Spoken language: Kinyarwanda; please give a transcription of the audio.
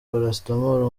paracetamol